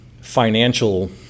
financial